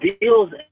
deals